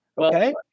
Okay